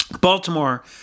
Baltimore